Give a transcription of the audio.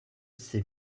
sais